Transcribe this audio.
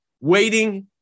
waiting